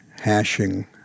hashing